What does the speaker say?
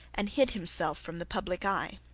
and hid himself from the public eye.